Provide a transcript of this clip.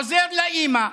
עוזר לאימא,